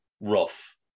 rough